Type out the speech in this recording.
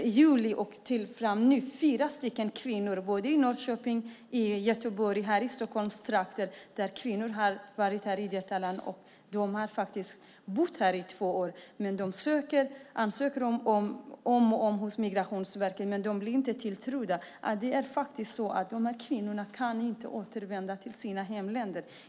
Från juli och fram till nu har jag kommit i kontakt med fyra kvinnor i Norrköping, Göteborg och här i Stockholmstrakten som har bott här i två år. De ansöker om och om igen hos Migrationsverket, men de blir inte trodda. De här kvinnorna kan inte återvända till sina hemländer.